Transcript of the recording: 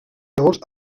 llavors